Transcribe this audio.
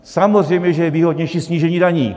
Samozřejmě že je výhodnější snížení daní.